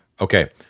Okay